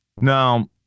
Now